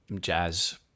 Jazz